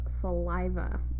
saliva